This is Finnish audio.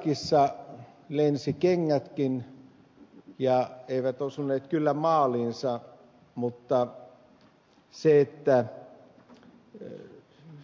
irakissa lensivät kengätkin eivät osuneet kyllä maaliinsa mutta